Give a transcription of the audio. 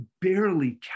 barely